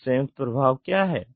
एक संयुक्त प्रभाव क्या है